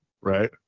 right